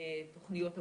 תוכניות עבודה,